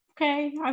okay